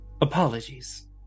Apologies